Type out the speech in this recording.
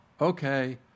okay